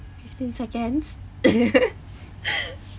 fifteen seconds